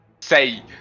say